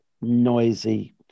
noisy